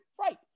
Right